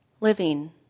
living